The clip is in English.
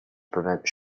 prevent